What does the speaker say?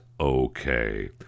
okay